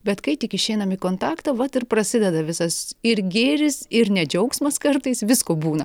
bet kai tik išeinam į kontaktą vat ir prasideda visas ir gėris ir ne džiaugsmas kartais visko būna